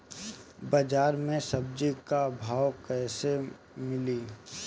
बाजार मे सब्जी क भाव कैसे मिली?